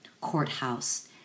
Courthouse